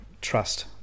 trust